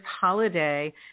holiday